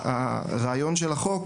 הרעיון של החוק,